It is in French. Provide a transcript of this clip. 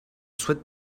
souhaite